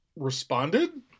responded